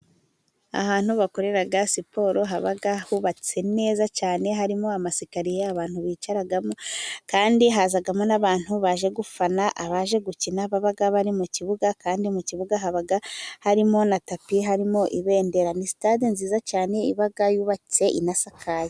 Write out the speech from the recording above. Ahantu bakorera siporo haba hubatse neza cyane, harimo amasikariye abantu bicaramo. Kandi hazamo n'abantu baje gufana abaje gukina baba bari mu kibuga, kandi mu kibuga haba harimo natapi, harimo ibendera. Nisitade nziza cyane iba yubatse inasakaye.